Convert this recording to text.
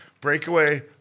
Breakaway